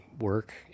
work